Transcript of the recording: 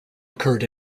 occurred